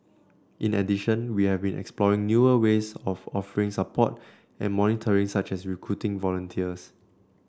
in addition we have been exploring newer ways of offering support and monitoring such as recruiting volunteers